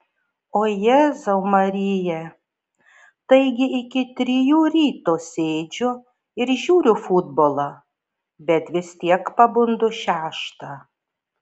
o jėzau marija taigi iki trijų ryto sėdžiu ir žiūriu futbolą bet vis tiek pabundu šeštą